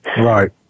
Right